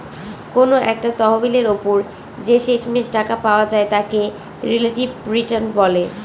কোনো একটা তহবিলের ওপর যে শেষমেষ টাকা পাওয়া যায় তাকে রিলেটিভ রিটার্ন বলে